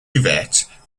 yvette